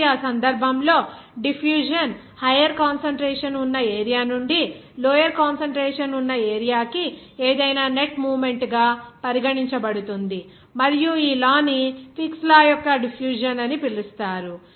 కాబట్టి ఆ సందర్భంలో డిఫ్యూషన్ హయ్యర్ కాన్సంట్రేషన్ ఉన్న ఏరియా నుండి లోయర్ కాన్సంట్రేషన్ ఉన్న ఏరియా కి ఏదైనా నెట్ మూవ్మెంట్ గా పరిగణించబడుతుంది మరియు ఈ లా ని ఫిక్స్ లా Fick's law యొక్క డిఫ్యూషన్ అని పిలుస్తారు